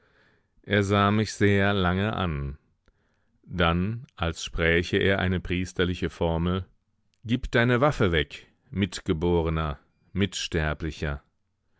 er sah mich sehr lange an dann als spräche er eine priesterliche formel gib deine waffe weg mitgeborener mitsterblicher